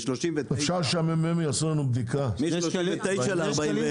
אפשר שה-מ.מ.מ יעשו לנו בדיקה --- בשני שקלים ושמונים אגורות.